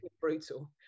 Brutal